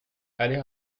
aller